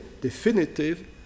definitive